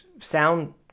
sound